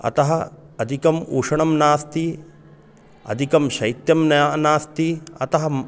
अतः अधिकम् उष्णं नास्ति अधिकं शैत्यं ना नास्ति अतोहम्